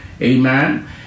Amen